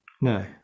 No